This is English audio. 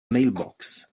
mailbox